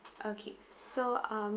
okay so um